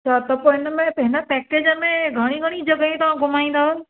त त पोइ हिनमें हिन पैकेज में घणी घणी जॻहियूं तव्हां घुमाईंदव